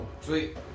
Sweet